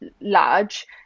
large